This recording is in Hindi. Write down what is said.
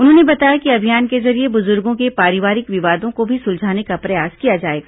उन्होंने बताया कि अभियान के जरिये बुजुर्गो के पारिवारिक विवादों को भी सुलझाने का प्रयास किया जाएगा